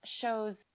shows